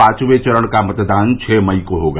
पांचवें चरण का मतदान छह मई को होगा